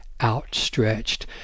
outstretched